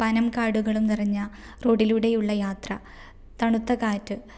പനം കാടുകളും നിറഞ്ഞ റോഡിലൂടെയുള്ള യാത്ര തണുത്ത കാറ്റ്